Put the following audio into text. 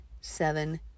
seven